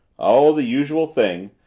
oh, the usual thing.